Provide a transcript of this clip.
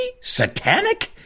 Satanic